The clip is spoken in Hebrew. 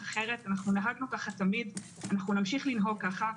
נהגנו כך תמיד ונמשיך לנהוג ככה.